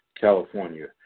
California